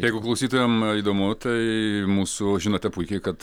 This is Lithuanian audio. jeigu klausytojam įdomu tai mūsų žinote puikiai kad